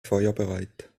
feuerbereit